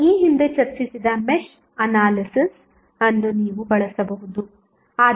ನಾವು ಈ ಹಿಂದೆ ಚರ್ಚಿಸಿದ ಮೆಶ್ ಅನಾಲಿಸಿಸ್ ಅನ್ನು ನೀವು ಬಳಸಬಹುದು